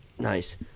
Nice